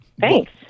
Thanks